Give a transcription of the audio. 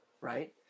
Right